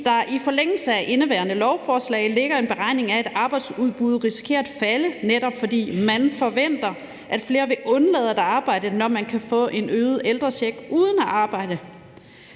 der i forlængelse af indeværende lovforslag ligger en beregning af, at arbejdsudbuddet risikerer at falde, netop fordi »man« forventer, at flere vil undlade at arbejde, når de kan få en øget ældrecheck uden at arbejde.